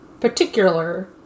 particular